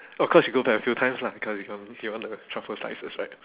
of course you go back a few times lah because you come get all the truffle slices right